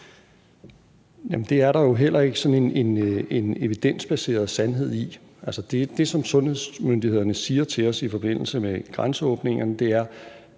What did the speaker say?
Det er der jo heller ikke sådan en evidensbaseret sandhed i. Altså det, som sundhedsmyndighederne siger til os i forbindelse med grænseåbningerne, er,